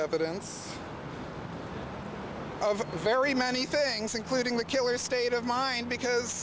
evidence of very many things including the killer state of mind because